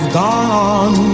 gone